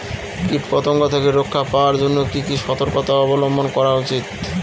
কীটপতঙ্গ থেকে রক্ষা পাওয়ার জন্য কি কি সর্তকতা অবলম্বন করা উচিৎ?